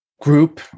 Group